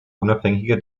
unabhängige